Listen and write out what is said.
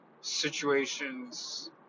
situations